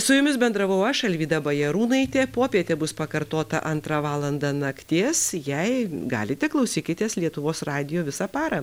su jumis bendravau aš alvyda bajarūnaitė popietė bus pakartota antrą valandą nakties jei galite klausykitės lietuvos radijo visą parą